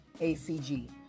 A-C-G